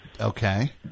Okay